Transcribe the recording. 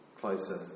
closer